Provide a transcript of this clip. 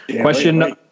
Question